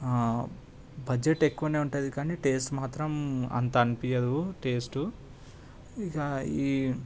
budget ఎక్కువనే ఉంటుంది కానీ టేస్ట్ మాత్రం అంత అనిపించదు టేస్ట్ ఇగ ఈ